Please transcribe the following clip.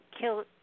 kill